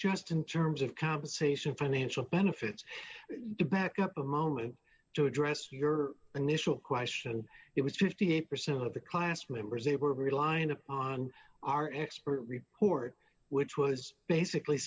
just in terms of compensation financial benefits to back up a moment to address your initial question it was fifty eight percent of the class members they were relying upon our expert report which was basically